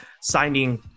signing